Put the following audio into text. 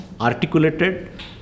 articulated